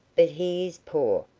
but he is poor,